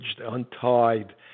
untied